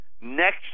next